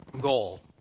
goal